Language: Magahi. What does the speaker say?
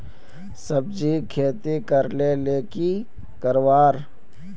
सब्जी खेती करले ले की दरकार?